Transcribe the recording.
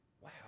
Wow